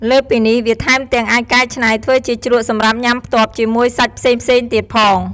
លើសពីនេះ វាថែមទាំងអាចកែច្នៃធ្វើជាជ្រក់សម្រាប់ញ៉ាំផ្ទាប់ជាមួយសាច់ផ្សេងៗទៀតផង។